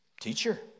Teacher